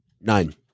Nine